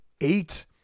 eight